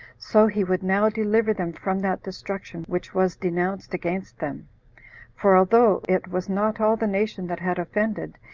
so he would now deliver them from that destruction which was denounced against them for although it was not all the nation that had offended,